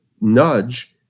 nudge